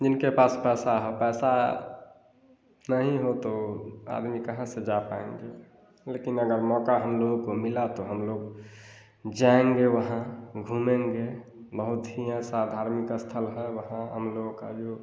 जिनके पास पैसा है पैसा नहीं हो तो आदमी कहाँ से जा पाएंगे लेकिन अगर मौका हमलोग को मिला तो हमलोग जाएंगे वहाँ घूमेंगे बहुत हीं ऐसा धार्मिक स्थल है वहाँ हम लोगों का जो